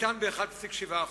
תקטן ב-1.7%.